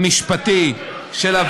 אני רוצה לברך את הייעוץ המשפטי של הוועדה,